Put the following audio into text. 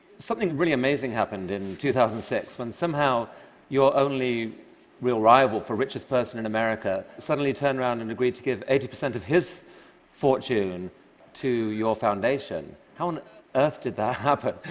something really amazing happened in two thousand and six, when somehow your only real rival for richest person in america suddenly turned around and agreed to give eighty percent of his fortune to your foundation. how on earth did that happen?